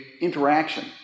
interaction